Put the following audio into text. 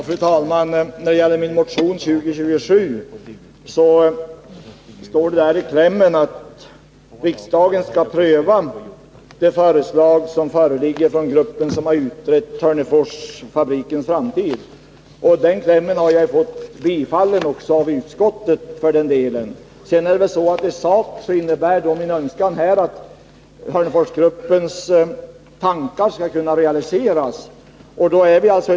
Fru talman! I min motion 2027 står det i klämmen att riksdagen skall pröva det förslag som föreligger från den grupp som har utrett Hörneforsfabrikens framtid. Den klämmen har tillstyrkts av utskottet. I sak innebär min önskan att Hörneforsgruppens tankar skall kunna Nr 131 realiseras.